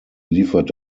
liefert